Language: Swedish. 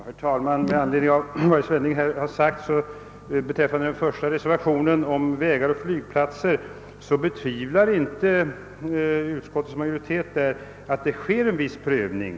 Herr talman! I anledning av vad herr Svenning anfört beträffande reservationen I om vägar och flygplatser vill jag säga att utskottsmajoriteten inte betvivlar att det sker en viss prövning.